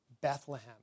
Bethlehem